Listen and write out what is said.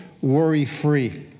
worry-free